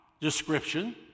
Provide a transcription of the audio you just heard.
description